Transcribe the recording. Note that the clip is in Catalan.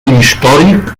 històric